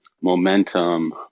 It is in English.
momentum